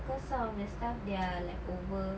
cause some of the stuff they are like over